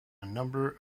number